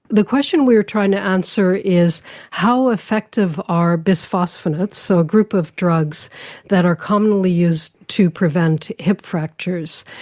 the question we were trying to answer is how effective are bisphosphonates, so a group of drugs that are commonly used to prevent hip fractures,